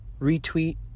retweet